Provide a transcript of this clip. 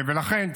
ולכן,